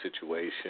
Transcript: situation